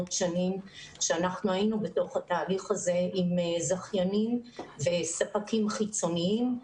שנים שאנחנו היינו בתוך התהליך הזה עם זכיינים וספקים חיצוניים.